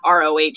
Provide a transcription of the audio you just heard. ROH